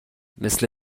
مثل